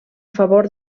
favor